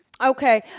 Okay